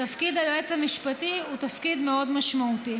תפקיד היועץ המשפטי הוא תפקיד מאוד משמעותי.